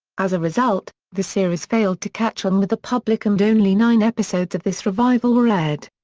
as a result, the series failed to catch on with the public and only nine episodes of this revival were aired.